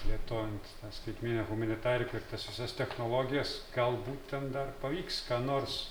plėtojant skaitminę humanitariką ir tas visas technologijas galbūt ten dar pavyks ką nors